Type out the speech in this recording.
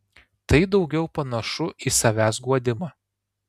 tai daugiau panašu į savęs guodimą